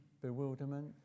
bewilderment